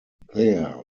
there